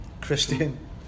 Christian